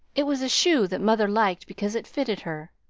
it was a shoe that mother liked because it fitted her.